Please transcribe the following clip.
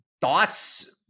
thoughts